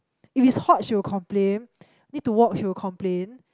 if it's hot she will complain need to walk she will complain